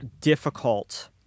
difficult